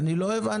אני לא הבנתי,